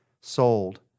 sold